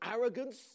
arrogance